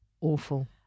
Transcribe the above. awful